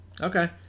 okay